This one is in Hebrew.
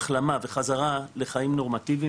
החלמה וחזרה לחיים נורמטיביים,